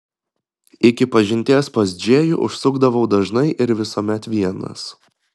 iki pažinties pas džėjų užsukdavau dažnai ir visuomet vienas